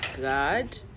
God